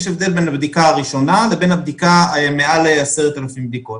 יש הבדל בין הבדיקה הראשונה לבין מעל 10,000 בדיקות.